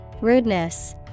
Rudeness